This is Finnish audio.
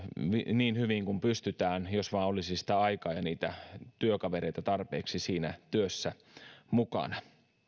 niin hyvin kuin pystytään jos vain olisi aikaa ja työkavereita tarpeeksi työssä mukana